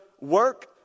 work